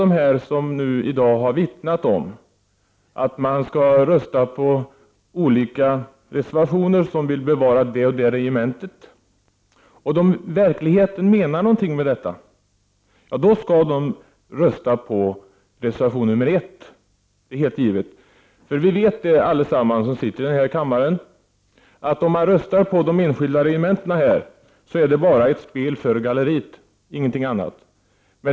Om alla som här i dag har vittnat om att de skall rösta på olika reservationer för bevarande av olika regementen, verkligen menar något med detta, skall de rösta på reservation nr 1. Alla som sitter i denna kammare vet ju att om man röstar på de enskilda regementena är det bara ett spel för galleriet, inget annat.